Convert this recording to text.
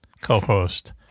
Co-host